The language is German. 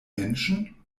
menschen